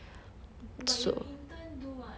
but you intern do what